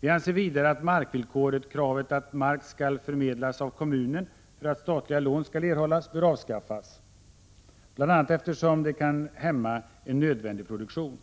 Vi anser vidare att markvillkoret — kravet att mark skall förmedlas av kommunen för att statliga lån skall erhållas — bör avskaffas, bl.a. eftersom det kan hämma en nödvändig nyproduktion.